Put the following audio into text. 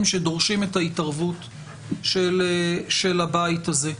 שדורשים את ההתערבות של הבית הזה.